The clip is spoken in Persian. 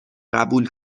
قبول